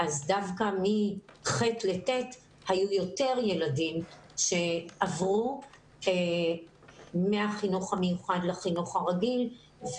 דווקא מתשע"ח לתשע"ט היו יותר ילדים שעברו מהחינוך המיוחד לחינוך הרגיל.